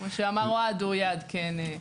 כפי שאמר אוהד, יעדכן.